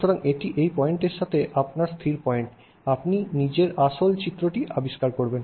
সুতরাং এটি এই পয়েন্টের সাথে আপনার স্থির পয়েন্ট আপনি নিজের আসল চিত্রটি আবিষ্কার করবেন